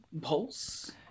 pulse